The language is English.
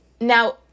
Now